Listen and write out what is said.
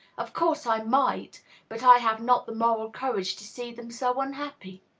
of course, i might but i have not the moral courage to see them so unhappy.